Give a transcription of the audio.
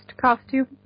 costume